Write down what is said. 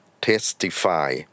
testify